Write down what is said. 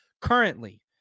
currently